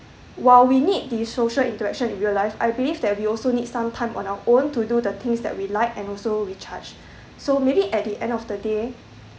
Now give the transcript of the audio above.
while we need the social interaction in real life I believe that we also need some time on our own to do the things that we like and also recharge so maybe at the end of the day